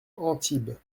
antibes